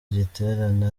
giterane